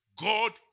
God